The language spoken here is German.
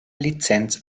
lizenz